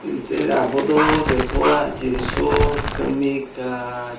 ᱮᱱᱛᱮᱫ ᱟᱵᱚ ᱫᱚ ᱡᱚᱛᱚᱣᱟᱜ ᱡᱤᱱᱤᱥ ᱦᱚᱸ ᱠᱟᱹᱢᱤ ᱠᱟᱡᱽ